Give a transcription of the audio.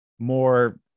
more